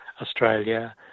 Australia